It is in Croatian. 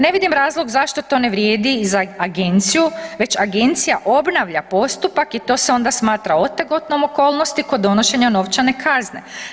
Ne vidim razlog zašto to ne vrijedi za Agenciju već Agencija obnavlja postupak i to se onda smatra otegotnom okolnosti kod donošenja novčane kazne.